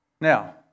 Now